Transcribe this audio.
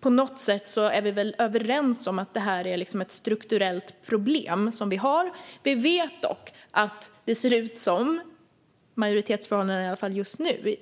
På något sätt är vi väl överens om att det här är ett strukturellt problem som vi har. Vi vet dock att det ser ut som att majoritetsförhållandena